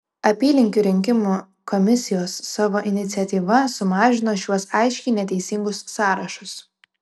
apylinkių rinkimų komisijos savo iniciatyva sumažino šiuos aiškiai neteisingus sąrašus